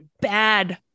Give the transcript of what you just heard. bad